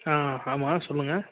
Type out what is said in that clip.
ஆ ஆமாம் சொல்லுங்கள்